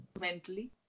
mentally